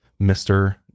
Mr